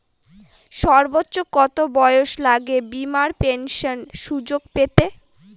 সর্বোচ্চ কত বয়স লাগে বীমার পেনশন সুযোগ পেতে?